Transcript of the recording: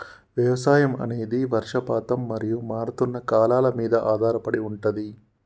వ్యవసాయం అనేది వర్షపాతం మరియు మారుతున్న కాలాల మీద ఆధారపడి ఉంటది